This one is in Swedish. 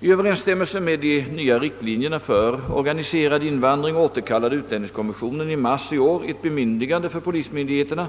I överensstämmelse med de nya riktlinjerna för organiserad invandring återkallade utlänningskommissionen i mars i år ett bemyndigande för polismyndigheterna